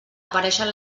apareixen